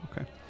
Okay